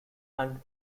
and